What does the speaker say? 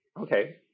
Okay